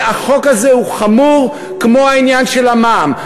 החוק הזה חמור כמו העניין של המע"מ,